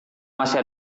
masih